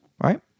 right